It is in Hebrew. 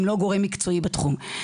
הם לא גורם מקצועי בתחום.